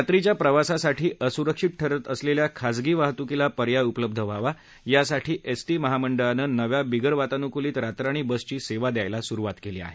रात्रीच्या प्रवासासाठी असुरक्षित ठरत असलेल्या खाजगी वाहत्कीला पर्याय उपलब्ध व्हावा यासाठी एसटी महामंडळानं नव्या बिगरवातानुकुलीत रातराणी बसची सेवा द्यायला सुरुवात केली आहे